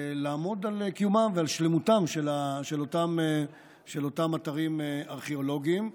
לעמוד על קיומם ועל שלמותם של אותם אתרים ארכיאולוגיים.